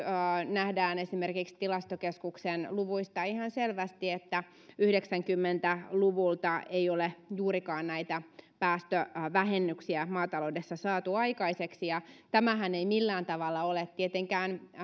nähdään esimerkiksi tilastokeskuksen luvuista ihan selvästi että yhdeksänkymmentä luvulta ei ole juurikaan näitä päästövähennyksiä maataloudessa saatu aikaiseksi tämähän ei millään tavalla ole tietenkään